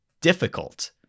difficult